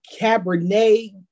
Cabernet